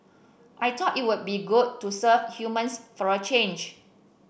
I thought it would be good to serve humans for a change